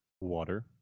Water